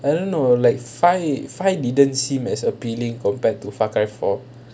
I don't know like five five didn't seem as appealing compared to far cry four